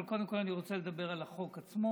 אבל קודם כול אני רוצה לדבר על החוק עצמו.